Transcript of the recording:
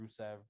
Rusev